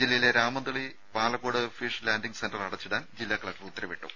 ജില്ലയിലെ Ramanthali Palakkode fish landing centre അടച്ചിടാൻ ജില്ലാ കലക്ടർ ഉത്തരവിട്ടു